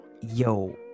Yo